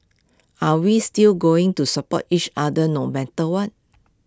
are we still going to support each other no matter what